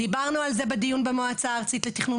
דיברנו על זה בדיון במועצה הארצית לתכנון